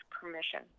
permission